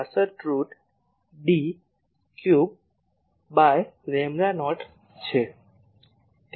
62 root D cube by lambda naught છે